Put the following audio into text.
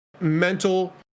mental